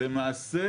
למעשה